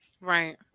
Right